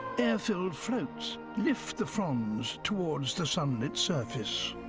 air-filled floats lift the fronds towards the sunlit surface.